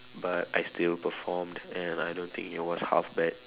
but I still performed and I don't think it was half bad